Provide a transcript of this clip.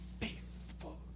faithful